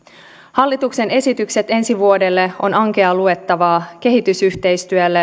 hallituksen esitykset ensi vuodelle ovat ankeaa luettavaa kehitysyhteistyön